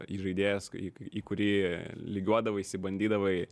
įžaidėjas į į kurį lygiuodavaisi bandydavai